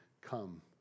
come